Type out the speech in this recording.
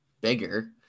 bigger